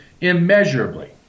immeasurably